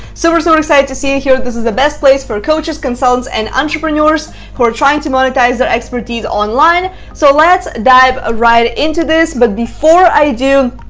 so so excited to see you here, this is the best place for coaches, consultants and entrepreneurs who are trying to monetize their expertise online. so let's dive ah right into this. but before i do,